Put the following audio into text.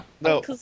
No